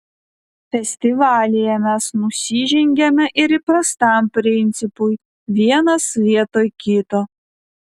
festivalyje mes nusižengiame ir įprastam principui vienas vietoj kito